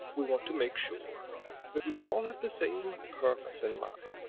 we want to make sure that we all have the same purpose in mind.